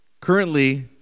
Currently